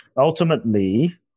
Ultimately